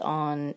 on